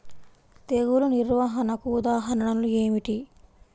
తెగులు నిర్వహణకు ఉదాహరణలు ఏమిటి?